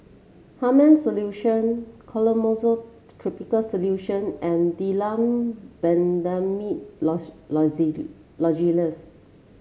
Hartman's Solution Clotrimozole topical solution and Difflam Benzydamine Lozenges